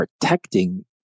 protecting